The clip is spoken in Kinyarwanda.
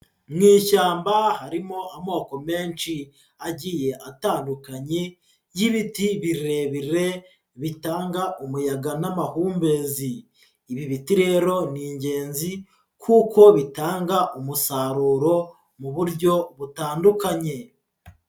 Mu ishyamba harimo amoko menshi, agiye atandukanye, y'ibiti birebire bitanga umuyaga n'amahumbezi. Ibi biti rero ni ingenzi kuko bitanga umusaruro mu buryo butandukanye.